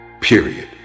period